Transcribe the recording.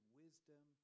wisdom